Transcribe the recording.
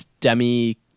Demi